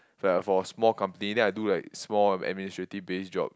for like for like small company then I do like small administrative base job